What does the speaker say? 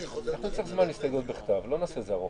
לאחר קבלת חוות